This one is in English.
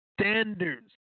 standards